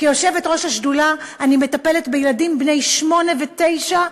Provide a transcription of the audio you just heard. כיושבת-ראש השדולה אני מטפלת בילדים בני שמונה ותשע,